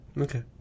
Okay